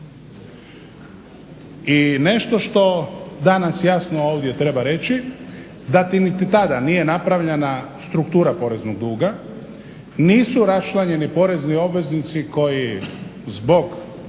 I nešto što danas jasno ovdje treba reći, da niti tada nije napravljena struktura poreznog duga, nisu raščlanjeni porezni obveznici koji zbog